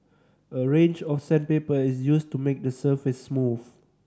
a range of sandpaper is used to make the surface smooth